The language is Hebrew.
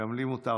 גם לי מותר.